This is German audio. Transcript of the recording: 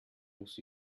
muss